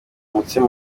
umutsima